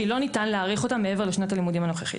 שלא ניתן להאריך אותה מעבר לשנת הלימודים הנוכחית.